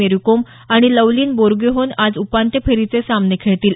मेरीकोम आणि लवलीन बोरगोहेन आज उपांत्य फेरीचे सामने खेळतील